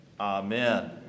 Amen